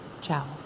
Ciao